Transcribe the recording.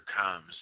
comes